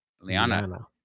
Liana